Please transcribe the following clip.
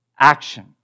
action